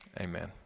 amen